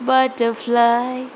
Butterfly